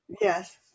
Yes